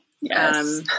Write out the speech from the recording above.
yes